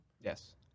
Yes